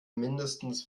mindestens